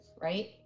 right